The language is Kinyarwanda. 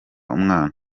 umwana